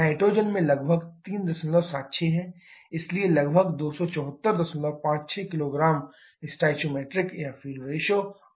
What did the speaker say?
nitrogen में लगभग 376 है इसलिए लगभग 27456 kilogram stoichiometric air fuel ratio आता है